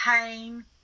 pain